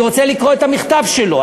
אני רוצה לקרוא את המכתב שלו.